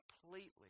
completely